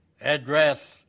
address